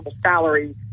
salary